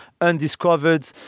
undiscovered